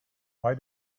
why